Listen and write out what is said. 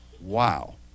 Wow